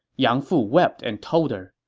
yang fu wept and told her,